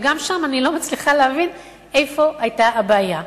וגם שם אני לא מצליחה להבין איפה היתה הבעיה.